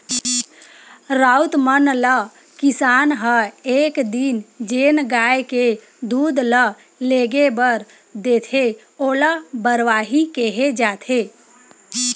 राउत मन ल किसान ह एक दिन जेन गाय के दूद ल लेगे बर देथे ओला बरवाही केहे जाथे